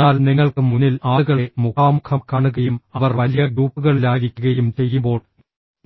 എന്നാൽ നിങ്ങൾക്ക് മുന്നിൽ ആളുകളെ മുഖാമുഖം കാണുകയും അവർ വലിയ ഗ്രൂപ്പുകളിലായിരിക്കുകയും ചെയ്യുമ്പോൾ